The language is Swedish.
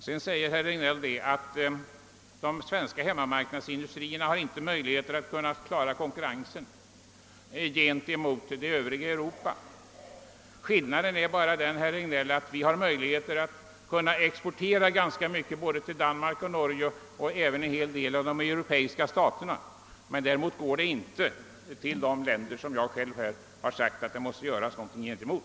Herr Regnéll säger vidare att de svenska hemmamarknadsindustrierna inte har möjlighet att kunna klara konkurrensen gentemot det övriga Europa. Skillnaden är bara den, herr Regnéll, att vi har möjlighet att kunna exportera ganska mycket såväl till Danmark som Norge och en hel del av de europeiska staterna, medan ingenting går till de länder som jag här sagt att man måste göra någonting emot.